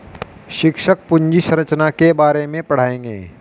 शिक्षक पूंजी संरचना के बारे में पढ़ाएंगे